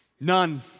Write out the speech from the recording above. None